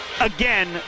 again